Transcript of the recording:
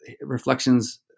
Reflections